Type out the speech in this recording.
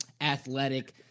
athletic